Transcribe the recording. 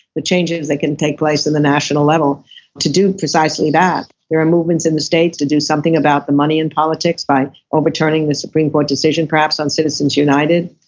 the changes that can take place in the national level to do precisely that, there are movements movements in the states to do something about the money in politics by overturning the supreme court decision perhaps on citizens united.